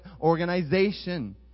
organization